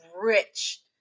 rich